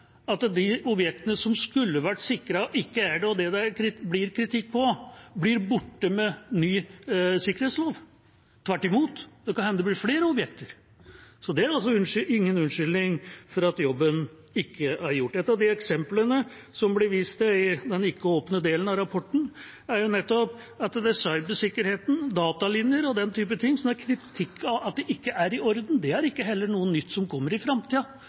at det er ikke sånn at de objektene som skulle vært sikret, ikke er det, og at det det blir kritikk av, blir borte med ny sikkerhetslov. Tvert imot, det kan hende det blir flere objekter. Så det er altså ingen unnskyldning for at jobben ikke er gjort. Et av de eksemplene som ble vist til i den ikke-åpne delen av rapporten, er nettopp at det er cybersikkerheten, datalinjer og den type ting som det er kritikk av at ikke er i orden. Det er heller ikke noe nytt som kommer i framtida,